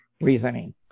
reasoning